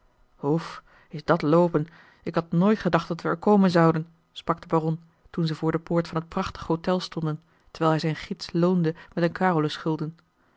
oef is dat loopen ik had nooit gedacht dat wij er komen zouden sprak de baron toen zij voor de poort van het prachtig hotel stonden terwijl hij zijn gids loonde met een